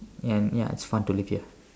and ya it's fun to live here